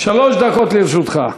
שלוש דקות לרשותך.